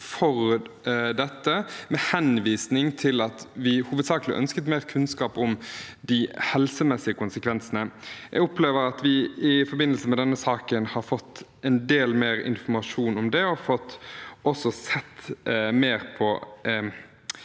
for dette, med henvisning til at vi hovedsakelig ønsket mer kunnskap om de helsemessige konsekvensene. Jeg opplever at vi i forbindelse med denne saken har fått en del mer informasjon om det. Vi har fått sett mer på